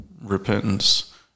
repentance